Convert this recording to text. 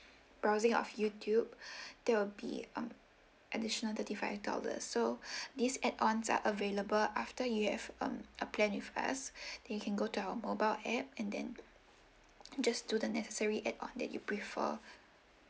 browsing of youtube that'll be um additional thirty five dollars so these add ons are available after you have um a plan with us then you can go to our mobile app and then just do the necessary add on that you prefer